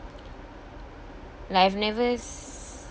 like I've never